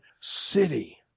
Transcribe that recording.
city